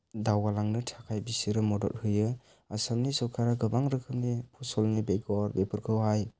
दावगालांनो थाखाय बिसोरो मदद होयो आसामनि सरकारा गोबां रोखोमनि फसलनि बेगर बेफोरखौ हाय